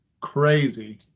crazy